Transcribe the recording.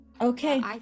Okay